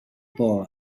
boy